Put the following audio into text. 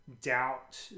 doubt